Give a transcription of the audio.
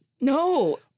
No